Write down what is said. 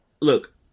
Look